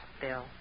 Bill